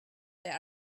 there